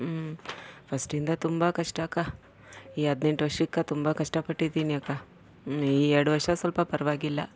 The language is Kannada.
ಹ್ಞೂ ಫಸ್ಟಿಂದ ತುಂಬ ಕಷ್ಟ ಅಕ್ಕ ಈ ಹದ್ನೆಂಟು ವರ್ಷಕ್ಕ ತುಂಬ ಕಷ್ಟಪಟ್ಟಿದ್ದೀನಿ ಅಕ್ಕ ಹ್ಞೂ ಈ ಎರ್ಡು ವರ್ಷ ಸ್ವಲ್ಪ ಪರವಾಗಿಲ್ಲ